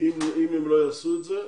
אם הם לא יעשו את זה,